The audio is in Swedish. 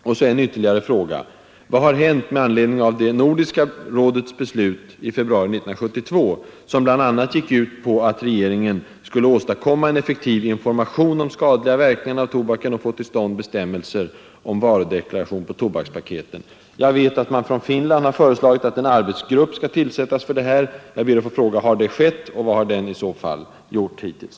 Jag vill ställa ytterligare en fråga: Vad har hänt med anledning av Nordiska rådets beslut i februari 1972, som bl.a. gick ut på att regeringarna skulle verkningarna av tobaken och få till stånd bestämmelser om varudeklara tadkomma en effektiv information om de skadliga tion på tobakspaketen? Jag vet att man från Finland har föres agit att en arbetsgrupp skall tillsättas för detta ändamål, och jag ber att få fråga: Har det skett, och vad har den i så fall gjort hittills?